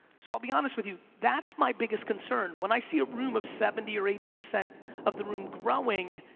so i'll be honest with you, that's my biggest concern. when i see a room of seventy or eighty percent of the room growing,